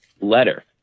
letter